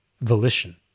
volition